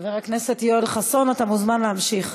חבר הכנסת יואל חסון, אתה מוזמן להמשיך.